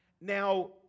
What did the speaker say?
Now